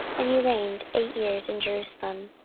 and he reigned eight years in jerusalem.